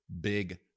big